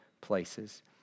places